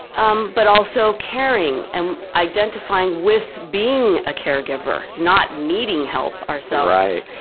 um but also caring, and identifying with being a caregiver not needing help ourselves. right!